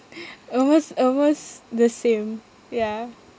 almost almost the same ya